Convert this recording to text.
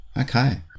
Okay